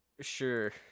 sure